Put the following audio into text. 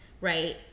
right